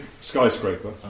skyscraper